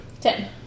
Ten